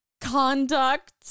conduct